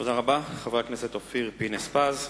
תודה רבה לחבר הכנסת אופיר פינס-פז.